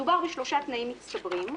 מדובר בשלושה תנאים מצטברים,